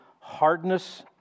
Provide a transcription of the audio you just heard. hardness